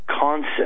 concept